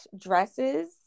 dresses